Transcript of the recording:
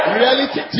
reality